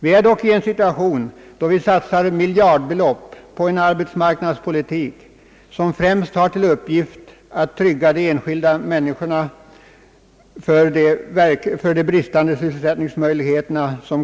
Vi är dock i den situationen att vi satsar miljardbelopp på en arbetsmarknadspolitik som främst har till uppgift att trygga de enskilda människorna mot bristande sysselsättningsmöjligheter.